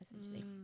essentially